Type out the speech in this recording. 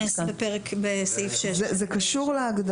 אבל זה ייכנס בסעיף 6. זה קשור להגדרה.